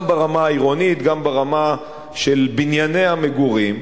גם ברמה העירונית, גם ברמה של בנייני המגורים.